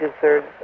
deserves